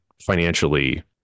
financially